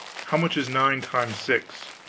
how much is nine times six?